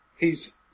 hes